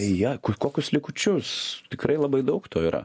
į ją ko kokius likučius tikrai labai daug to yra